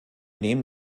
nehmen